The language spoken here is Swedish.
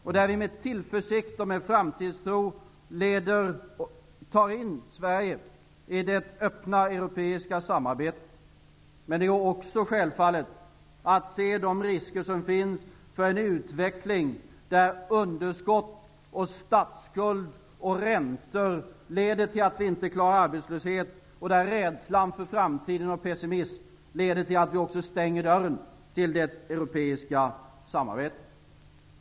Vi leder med tillförsikt och framtidstro in Sverige i det öppna europeiska samarbetet. Men det är också självfallet att se de risker som finns för en utveckling där underskott, statsskuld och räntor leder till att vi inte klarar arbetslöshet och där rädslan för framtiden och pessimism leder till att vi stänger dörren till det europeiska samarbetet.